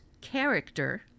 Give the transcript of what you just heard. character